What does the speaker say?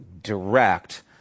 direct